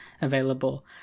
available